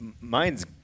Mine's